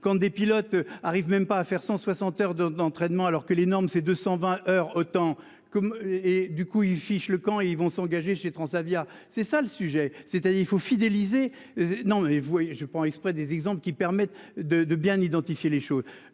quand des pilotes arrive même pas à faire 160 heures de d'entraînement alors que les normes c'est 220 heures autant que. Et du coup une fiche le camp, et ils vont s'engager chez Transavia. C'est ça le sujet c'est-à-dire il faut fidéliser. Non mais vous voyez je prends exprès des exemples qui permettent de de bien identifier les choses,